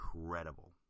incredible